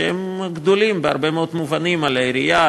שהן גדולות בהרבה מאוד מובנים על העירייה,